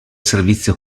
servizio